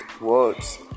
words